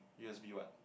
U_S_B what